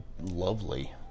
lovely